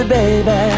baby